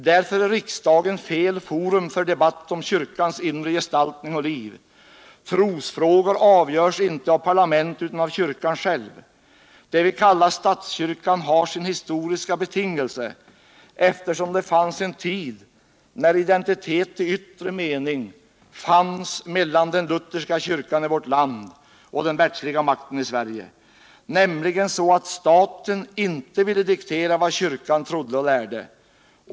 Därför är riksdagen fel forum för debatt om kyrkans inre gestaltning och liv. Trosfrågor avgörs inte av parlament utan av kyrkan själv. Det vi kallar statskyrkan har sin historiska betingelse — eftersom det fanns en tid när identitet i yttre mening fanns mellan den lutherska kyrkan i vårt land och den världsliga makten i Sverige, nämligen så att staten inte ville diktera vad kyrkan trodde och lärde.